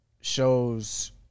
shows